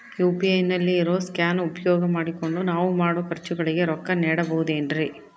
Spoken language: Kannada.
ಯು.ಪಿ.ಐ ನಲ್ಲಿ ಇರೋ ಸ್ಕ್ಯಾನ್ ಉಪಯೋಗ ಮಾಡಿಕೊಂಡು ನಾನು ಮಾಡೋ ಖರ್ಚುಗಳಿಗೆ ರೊಕ್ಕ ನೇಡಬಹುದೇನ್ರಿ?